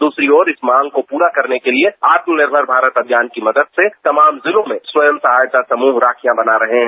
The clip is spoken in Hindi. दूसरी ओर इस मांग को पूरा करने के लिए आत्मनिर्भर भारत अभियान की मदद से तमाम जिलों में स्वयं सहायता समूह राखियां बना रहे हैं